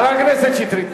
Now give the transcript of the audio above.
חבר הכנסת שטרית.